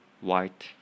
white